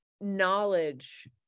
knowledge